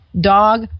Dog